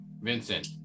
Vincent